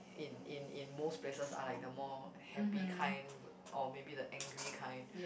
in in in most places are like the more happy kind or maybe the angry kind